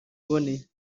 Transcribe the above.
iboneye